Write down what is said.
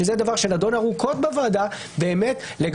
שזה דבר שנדון ארוכות בוועדה באותן